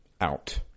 out